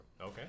Okay